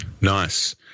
Nice